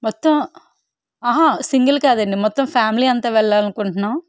మొత్తం ఆహా సింగిల్ కాదండి మొత్తం ఫ్యామిలీ అంతా వెళ్ళాలనుకుంటున్నాం